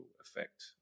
effect